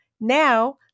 Now